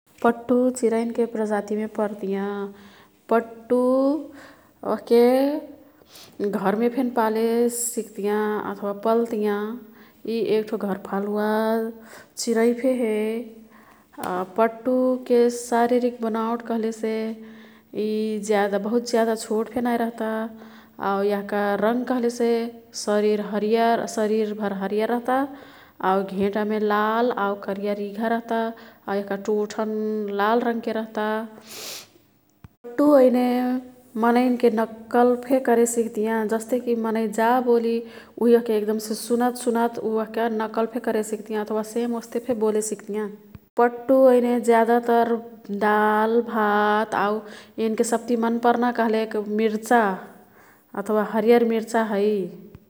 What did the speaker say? पट्टु चिरईन के प्रजातिमे पर्तियाँ। पट्टु ओह्के घरमे फेन पाले सिक्तियाँ अथवा पल्तियाँ। ई एक्ठो घरपालुवा चिरईफे हे। पट्टुके शारीरिक बनावट कह्लेसे ई ज्यादा ,बहुत ज्यादा छोटफे नाई रहता। आऊ यह्का रंग कह्लेसे शरीर हरियर / शरीरभर हरियर रहता आऊ घेंटामें लाल आऊ करिया रिघा रहता। आऊ यह्का टोठन् लाल रंगके रहता। पट्टु ओइने मनैन्के नक्कलफे करे सिक्तियाँ। जस्तेकी मनै जा बोली उही ओह्के एक्दमसे सुनत सुनत वह्का नक्कल्फे करे सिक्तियाँ। अथवा सेम वस्तेफे बोले सिक्तियाँ। पट्टु ओइने ज्यादातर दाल भात आऊ एन्के सब्ति मन् पर्ना कह्लेक मिर्चा अथवा हरियर मिर्चा है।